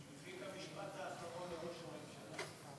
תיתני את המשפט האחרון לראש הממשלה.